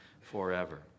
forever